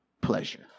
pleasure